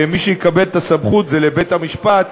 מי שיקבל את הסמכות זה בית-המשפט,